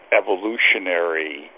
evolutionary